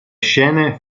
scene